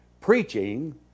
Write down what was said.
Preaching